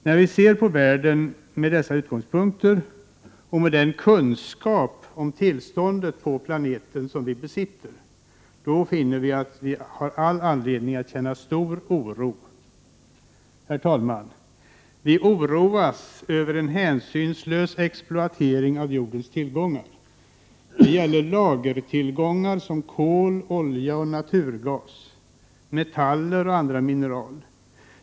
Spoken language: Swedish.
När vi med dessa utgångspunkter ser på världen kommer vi, med den kunskap som vi besitter om tillståndet på planeten, att finna att vi har all anledning att känna stor oro. Herr talman! Vi oroar oss över en hänsynslös exploatering av jordens tillgångar. Det gäller lagertillgångar som kol, olja, naturgas, metaller och andra mineraler.